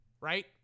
right